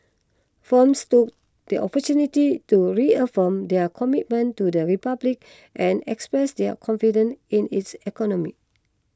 firms took the opportunity to reaffirm their commitment to the Republic and express their confidence in its economy